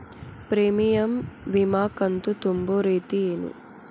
Premium ವಿಮಾ ಕಂತು ತುಂಬೋ ರೇತಿ ಏನು?